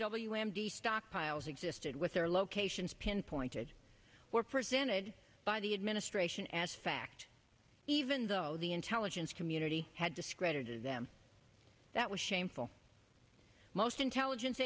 c stockpiles existed with their locations pinpointed or presented by the administration as fact even though the intelligence community had discredited them that was shameful most intelligence